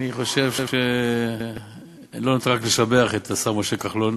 אני חושב שלא נותר אלא לשבח את השר משה כחלון